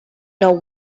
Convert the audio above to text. now